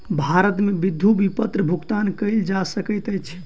भारत मे विद्युत विपत्र भुगतान कयल जा सकैत अछि